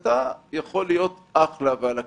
אתה יכול להיות אחלה ועל הכיפאק,